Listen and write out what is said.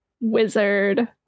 Wizard